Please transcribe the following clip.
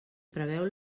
preveu